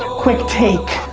quick take,